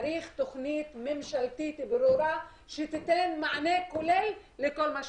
צריך תכנית ממשלתית ברורה שתיתן מענה כולל לכל מה שצריך.